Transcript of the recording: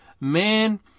man